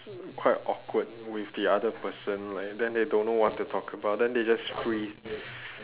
quite awkward with the other person like then they don't know what to talk about and they just freeze